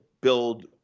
build